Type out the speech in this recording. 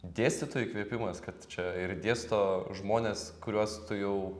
dėstytojų įkvėpimas kad čia ir dėsto žmonės kuriuos tu jau